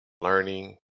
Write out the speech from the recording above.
learning